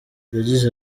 yagize